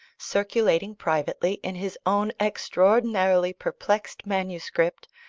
circulating privately in his own extraordinarily perplexed manuscript,